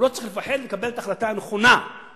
הוא לא צריך לפחד לקבל את ההחלטה הנכונה מבחינתו,